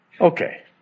Okay